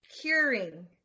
curing